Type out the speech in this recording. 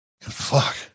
Fuck